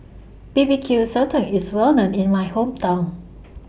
B B Q Sotong IS Well known in My Hometown